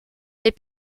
les